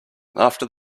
after